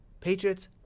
Patriots